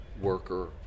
worker